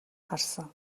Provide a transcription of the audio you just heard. харсан